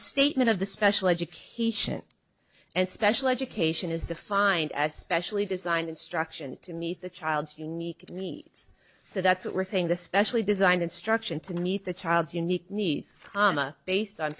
statement of the special education and special education is defined as specially designed instruction to meet the child's unique needs so that's what we're saying the specially designed instruction to meet the child's unique nice comma based on